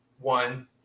one